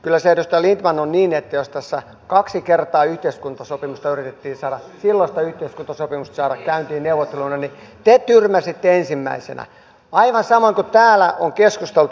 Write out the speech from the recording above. kyllä se edustaja lindtman on niin että jos tässä kaksi kertaa yhteiskuntasopimusta yritettiin saada silloista yhteiskuntasopimusta käyntiin neuvotteluilla niin te tyrmäsitte ensimmäisenä aivan samoin kuin täällä on keskusteltu nytten